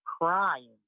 crying